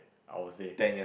I will say